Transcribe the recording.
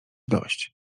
dość